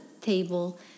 table